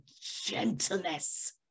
gentleness